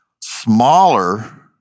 smaller